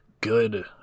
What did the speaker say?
good